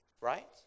right